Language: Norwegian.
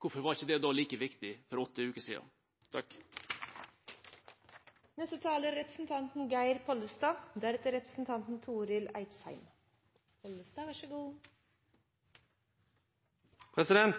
hvorfor var ikke det da like viktig for åtte uker siden? Jeg sa i mitt forrige innlegg at det var en gledens dag, og så